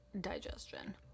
digestion